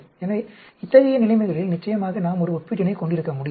எனவே இத்தகைய நிலைமைகளில் நிச்சயமாக நாம் ஒரு ஒப்பீட்டினை கொண்டிருக்க முடியாது